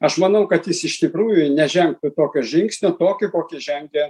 aš manau kad jis iš tikrųjų nežengtų tokio žingsnio tokį kokį žengė